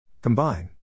Combine